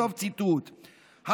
סוף ציטוט.